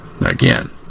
Again